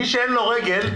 מי שאין לו רגל,